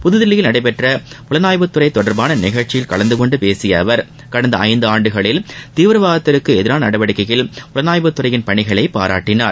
புதுதில்லியில் நடைபெற்ற புலனாய்வுத் துறை தொடர்பான நிகழ்ச்சியில் கலந்துகொண்டு பேசிய அவர் கடந்த ஐந்தாண்டுகளில் தீவிரவாதத்திற்கு எதிரான நடவடிக்கையில் புலனாய்வுத் துறையின் பணிகளை பாராட்டினார்